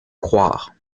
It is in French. croire